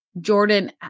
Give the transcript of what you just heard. Jordan